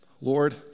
Lord